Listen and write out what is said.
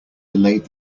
delayed